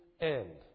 end